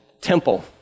temple